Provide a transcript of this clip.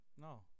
No